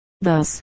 Thus